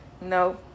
No